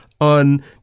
on